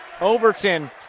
Overton